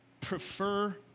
prefer